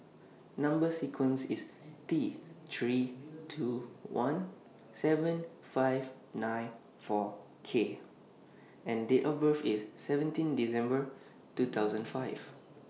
Number sequence IS T three two one seven five nine four K and Date of birth IS seventeen December two thousand five